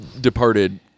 departed